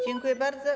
Dziękuję bardzo.